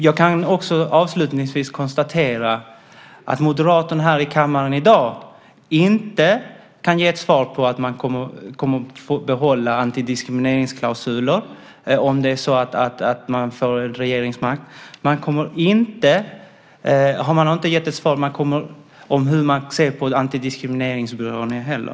Jag kan avslutningsvis konstatera att Moderaterna här i kammaren i dag inte kan ge ett svar om man kommer att behålla antidiskrimineringsklausuler om man får regeringsmakten. Man har inte heller gett svar om hur man ser på antidiskrimineringsbyråer.